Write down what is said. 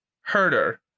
Herder